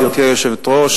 גברתי היושבת-ראש,